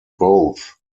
both